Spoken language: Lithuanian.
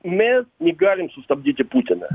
mes negalim sustabdyti putiną